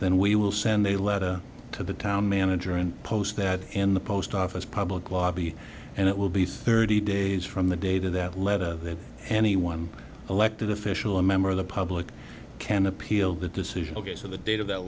then we will send a letter to the town manager and post that in the post office public lobby and it will be thirty days from the data that let anyone elected official a member of the public can appeal the decision ok so the date of that